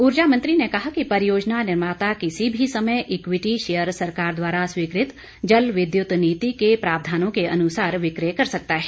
ऊर्जा मंत्री ने कहा कि परियोजना निर्माता किसी भी समय इक्विटी शेयर सरकार द्वारा स्वीकृत जल विद्युत नीति के प्रावधानों के अनुसार विक्रय कर सकता है